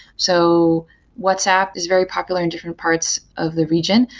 so whatsapp is very popular in different parts of the region,